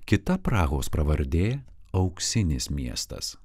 kita prahos pravardė auksinis miestas